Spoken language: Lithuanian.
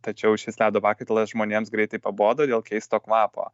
tačiau šis ledo pakaitalas žmonėms greitai pabodo dėl keisto kvapo